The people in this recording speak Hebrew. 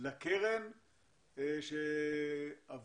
לכמה שיותר כסף, שזה